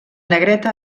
negreta